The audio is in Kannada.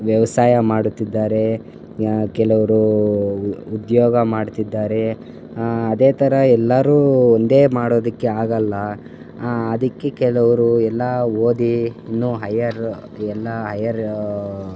ವ್ಯವಸಾಯ ಮಾಡುತ್ತಿದ್ದಾರೆ ಕೆಲವರು ಉದ್ಯೋಗ ಮಾಡ್ತಿದ್ದಾರೆ ಅದೇ ಥರ ಎಲ್ಲರೂ ಒಂದೇ ಮಾಡೋದಕ್ಕೆ ಆಗೊಲ್ಲ ಅದಕ್ಕೆ ಕೆಲವರು ಎಲ್ಲ ಓದಿ ಇನ್ನೂ ಹೈಯರ್ ಎಲ್ಲ ಹೈಯರ್